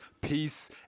peace –